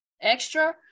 extra